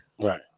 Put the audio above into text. Right